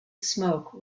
smoke